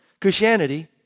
Christianity